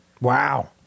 Wow